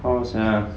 how sia